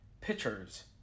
pictures